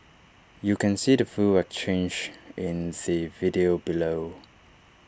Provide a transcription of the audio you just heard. you can see the full exchange in the video below